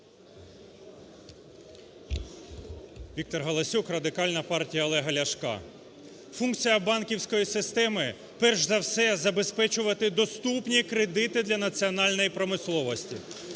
Віктор Галасюк, Радикальна партія Олега Ляшка. Функція банківської системи – перш за все забезпечувати доступні кредити для національної промисловості.